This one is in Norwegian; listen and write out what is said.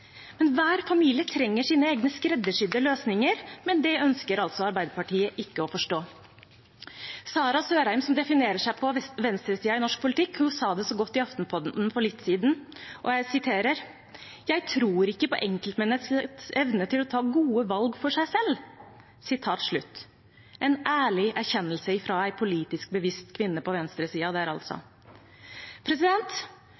familie trenger sine egne, skreddersydde løsninger, men det ønsker altså Arbeiderpartiet ikke å forstå. Sarah Sørheim, som definerer seg på venstresiden i norsk politikk, sa det så godt i Aftenpodden for litt siden: Jeg tror ikke på enkeltmenneskets evne til å ta gode valg for seg selv. Det er en ærlig erkjennelse fra en politisk bevisst kvinne på